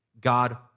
God